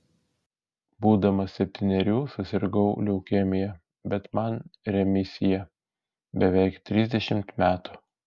būdamas septynerių susirgau leukemija bet man remisija beveik trisdešimt metų